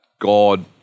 God